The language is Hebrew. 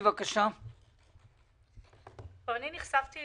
נחשפתי